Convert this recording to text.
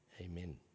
Amen